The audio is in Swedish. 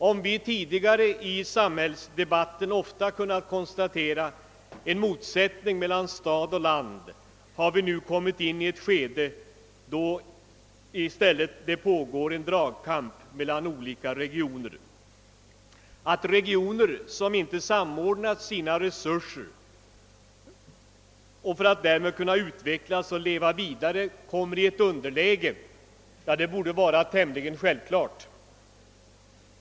Om vi tidigare i samhällsdebatten ofta har kunnat konstatera en motsättning mellan stad och land har vi nu kommit in i ett skede då det i stället pågår en dragkamp mellan olika regioner. Att regioner som inte samordnat sina resurser för att kunna utvecklas och leva vidare kommer i underläge borde vara tämligen självklart.